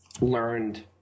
learned